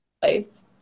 place